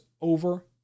over